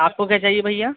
आपको क्या चाहिए भैया